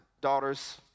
daughter's